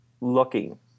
looking